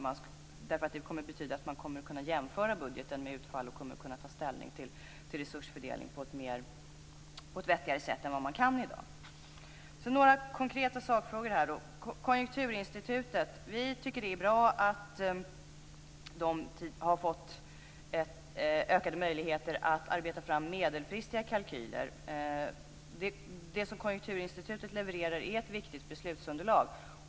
Den kommer nämligen att betyda att man kommer att kunna jämföra budgeten med utfall och ta ställning till resursfördelningen på ett vettigare sätt än man kan i dag. Jag har några konkreta sakfrågor. Vi tycker att det är bra att Konjunkturinstitutet har fått ökade möjligheter att arbeta fram medelfristiga kalkyler. Det som Konjunkturinstitutet levererar är ett viktigt beslutsunderlag.